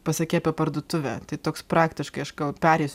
pasakei apie parduotuvę tai toks praktiškai aš gal pereisiu